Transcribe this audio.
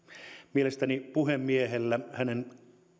mielestäni puhemiehen olisi